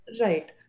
Right